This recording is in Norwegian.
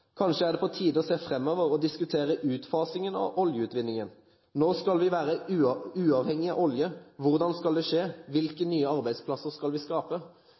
er det her på tide å se framover, og diskutere utfasingen av oljeutvinning. Når skal vi være uavhengige av olje? Hvordan skal det skje? Hvilke nye arbeidsplasser skal vi skape?»